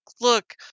look